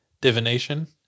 divination